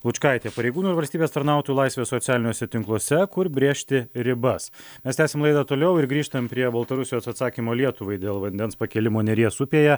lučkaitė pareigūnų ir valstybės tarnautojų laisvė socialiniuose tinkluose kur brėžti ribas mes tęsiam laidą toliau ir grįžtam prie baltarusijos atsakymo lietuvai dėl vandens pakėlimo neries upėje